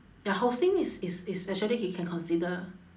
ya hosting is is is actually can can consider